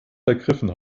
vergriffen